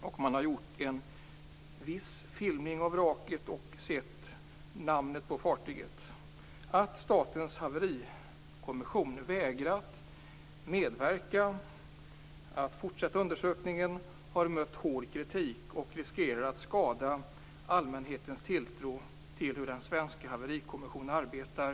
Man har nu gjort en viss filmning av vraket och sett namnet på fartyget. Att Statens haverikommission vägrat medverka i att fortsätta undersökningen har mött hård kritik och riskerar att skada allmänhetens tilltro till hur den svenska haverikommissionen arbetar.